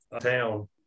town